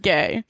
Gay